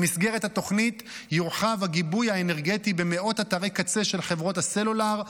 במסגרת התוכנית יורחב הגיבוי האנרגטי במאות אתרי קצה של חברות הסלולר,